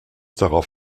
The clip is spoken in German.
darauf